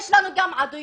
יש לנו גם עדויות